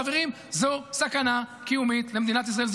חברים, זו סכנה קיומית למדינת ישראל.